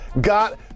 got